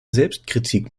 selbstkritik